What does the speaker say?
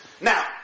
Now